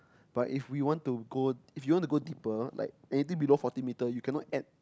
but if we want to go if you want to go deeper like anything below forty meter you cannot add